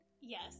Yes